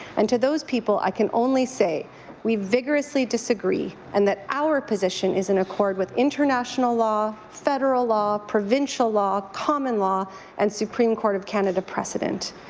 and to those people, i can only say we vigorously disagree and that our position is in accord with international law, federal law, provincial law, common-law and supreme court of canada precedent.